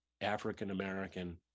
African-American